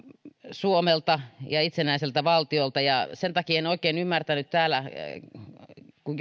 suomelta ja itsenäiseltä valtiolta sen takia en oikein ymmärtänyt kun